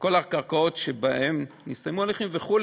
וכל הקרקעות שבהן נסתיימו ההליכים, וכו'